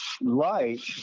light